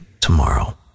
tomorrow